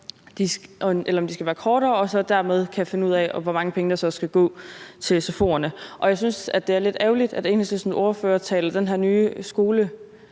eller om de skal være kortere, og at man så dermed kan finde ud af, hvor mange penge der skal gå til sfo'erne. Jeg synes, det er lidt ærgerligt, at Enhedslistens ordfører taler den her nye